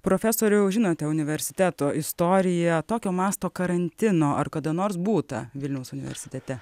profesoriau žinote universiteto istoriją tokio masto karantino ar kada nors būta vilniaus universitete